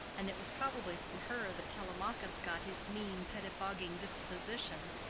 and it was probably from her that telemachus got his mean, pettifogging disposition,